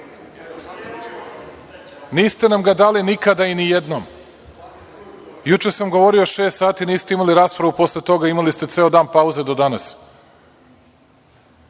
Niste nam ga dali nikada i nijednom. Juče sam govorio šest sati, niste imali raspravu posle toga, imali ste ceo dan pauze do danas.